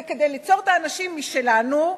כדי ליצור אנשים משלנו,